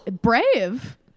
brave